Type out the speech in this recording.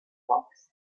fox